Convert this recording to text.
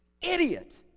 idiot